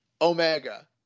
omega